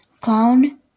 Clown